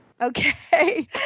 Okay